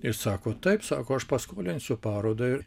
ir sako taip sako aš paskolinsiu parodai